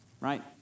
right